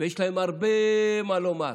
ויש להם הרבה מה לומר.